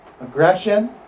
aggression